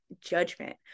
judgment